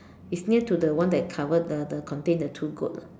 is near to the one that cover the the contain the two goat